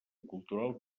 cultural